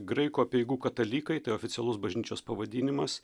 graikų apeigų katalikai tai oficialus bažnyčios pavadinimas